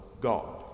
God